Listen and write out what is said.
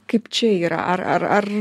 kaip čia yra ar ar ar